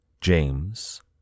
James